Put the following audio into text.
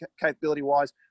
capability-wise